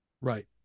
right